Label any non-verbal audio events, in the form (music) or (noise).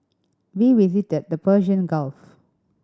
we visited the (unintelligible) Gulf